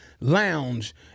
lounge